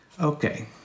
Okay